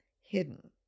hidden